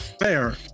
Fair